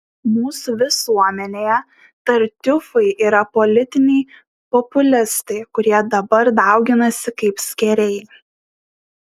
mūsų visuomenėje tartiufai yra politiniai populistai kurie dabar dauginasi kaip skėriai